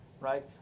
right